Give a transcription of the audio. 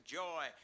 joy